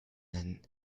nennen